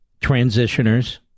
transitioners